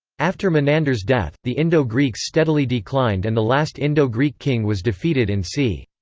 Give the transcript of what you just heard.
after menander's death, the indo-greeks steadily declined and the last indo-greek king was defeated in c.